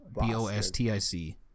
b-o-s-t-i-c